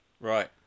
Right